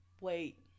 wait